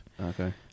Okay